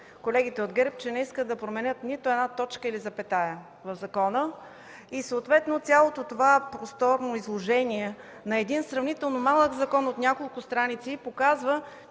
колегите от ГЕРБ, че не искат да променят нито една точка или запетая в закона (реплики от ГЕРБ) и съответно цялото това просторно изложение на един сравнително малък закон от няколко страници показва,